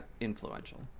influential